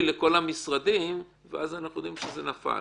לכל המשרדים ואז אנחנו יודעים שזה נפל.